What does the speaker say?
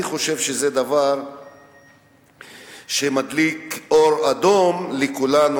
אני חושב שזה דבר שמדליק אור אדום לכולנו.